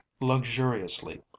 luxuriously